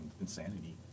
insanity